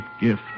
gift